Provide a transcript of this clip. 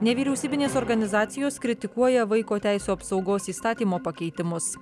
nevyriausybinės organizacijos kritikuoja vaiko teisių apsaugos įstatymo pakeitimus